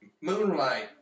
Moonlight